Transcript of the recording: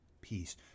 peace